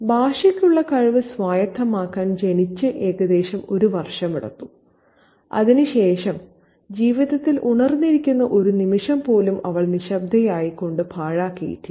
ഭാഷയ്ക്കുള്ള കഴിവ് സ്വായത്തമാക്കാൻ ജനിച്ച് ഏകദേശം ഒരു വർഷമെടുത്തു അതിനുശേഷം ജീവിതത്തിൽ ഉണർന്നിരിക്കുന്ന ഒരു നിമിഷം പോലും അവൾ നിശ്ശബ്ദയായി കൊണ്ട് പാഴാക്കിയിട്ടില്ല